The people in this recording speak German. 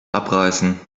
abreißen